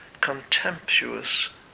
contemptuous